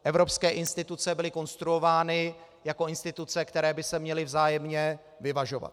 Evropské instituce byly konstruovány jako instituce, které by se měly vzájemně vyvažovat.